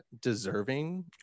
Deserving